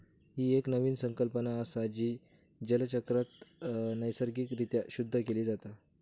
ही एक नवीन संकल्पना असा, जी जलचक्रात नैसर्गिक रित्या शुद्ध केली जाता